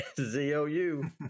Z-O-U